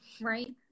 Right